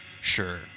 sure